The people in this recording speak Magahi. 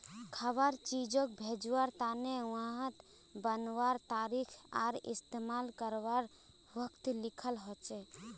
खवार चीजोग भेज्वार तने वहात बनवार तारीख आर इस्तेमाल कारवार वक़्त लिखाल होचे